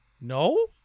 No